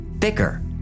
thicker